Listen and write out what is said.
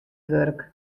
wurk